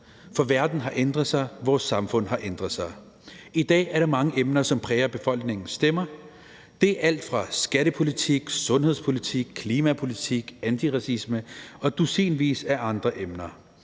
for verden har ændret sig, og vores samfund har ændret sig. I dag er der mange emner, som præger befolkningens stemmer. Det er alt fra skattepolitik, sundhedspolitik, klimapolitik og antiracisme til dusinvis af andre emner.